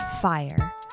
fire